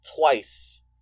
Twice